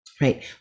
right